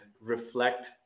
reflect